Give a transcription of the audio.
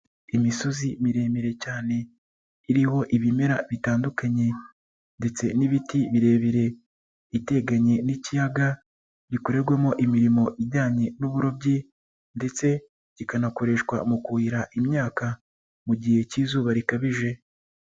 Imisozi miremire cyane iriho ibimera bitandukanye, ndetse n'ibiti birebire iteganye n'ikiyaga, gikorerwamo imirimo ijyanye n'uburobyi ndetse kikanakoreshwa mu kuhira imyaka mu gihe cy'izuba rikabije.